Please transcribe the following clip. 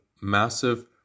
massive